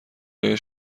آیا